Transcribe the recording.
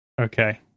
Okay